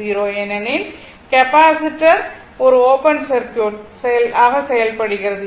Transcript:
0 ஏனெனில் கெப்பாசிட்டர் ஒரு open circuit செயல்படுகிறது